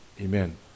amen